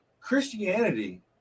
christianity